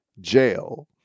jail